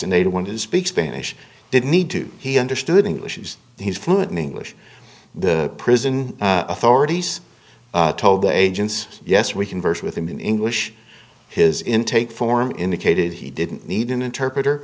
and they'd want to speak spanish didn't need to he understood english he's fluent in english the prison authorities told the agents yes we conversed with him in english his intake form indicated he didn't need an interpreter